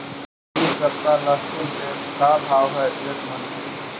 इ सप्ताह लहसुन के का भाव है एक मन के?